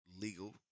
Legal